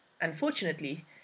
Unfortunately